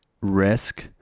risk